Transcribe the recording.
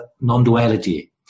non-duality